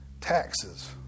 Taxes